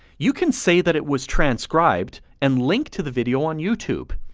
you can say that it was transcribed and link to the video on youtube.